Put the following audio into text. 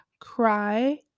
Cry